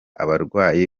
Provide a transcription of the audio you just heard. abarwayi